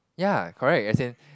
ya correct as in